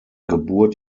geburt